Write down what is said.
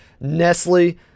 Nestle